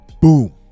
boom